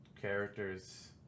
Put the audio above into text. characters